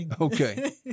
Okay